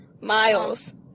miles